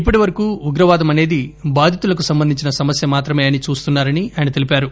ఇప్పటి వరకు ఉగ్రవాదం అనేది బాధితులకు సంబంధించిన సమస్య మాత్రమే అని చూస్తున్నారని ఆయన తెలిపారు